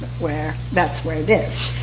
where that's where it is.